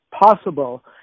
possible